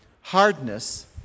hardness